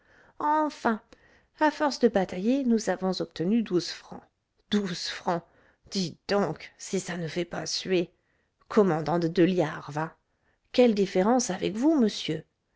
enfin à force de batailler nous avons obtenu douze francs douze francs dites donc si ça ne fait pas suer commandant de deux liards va quelle différence avec vous monsieur